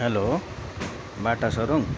hello Bata showroom